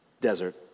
desert